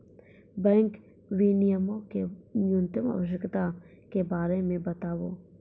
bank विनियमो के न्यूनतम आवश्यकता के बारे मे बताबो